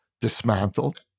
dismantled